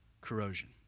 corrosion